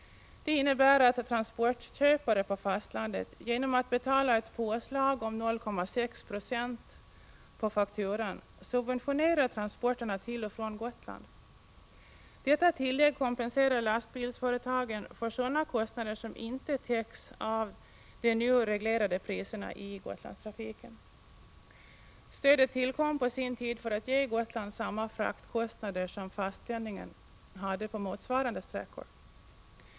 Detta innebär att transportköpare på fastlandet genom att betala ett påslag om 0,6 96 på fakturan subventionerar transporterna till och från Gotland. Detta tillägg kompenserar lastbilsföretagen för sådana kostnader som inte täcks av de nu reglerade priserna i Gotlandstrafiken. Stödet tillkom på sin tid för att ge gotlänningen samma fraktkostnader som fastlänningen hade på motsvarande sträckor.